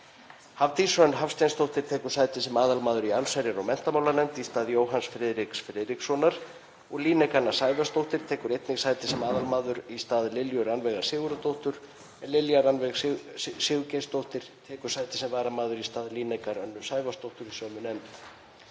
Hafdís Hrönn Hafsteinsdóttir tekur sæti sem aðalmaður í allsherjar- og menntamálanefnd í stað Jóhanns Friðriks Friðrikssonar og Líneik Anna Sævarsdóttir tekur einnig sæti sem aðalmaður í stað Lilju Rannveigar Sigurgeirsdóttur en Lilja Rannveig Sigurgeirsdóttir tekur sæti sem varamaður í stað Líneikar Önnu Sævarsdóttur í sömu nefnd.